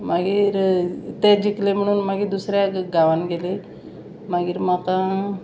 मागीर ते जिकले म्हणून मागीर दुसऱ्या गांवान गेलीं मागीर म्हाका